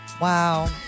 wow